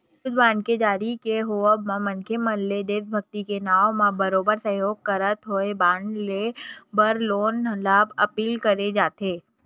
युद्ध बांड के जारी के होवब म मनखे मन ले देसभक्ति के नांव म बरोबर सहयोग करत होय बांड लेय बर लोगन ल अपील करे जाथे